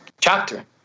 chapter